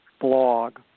blog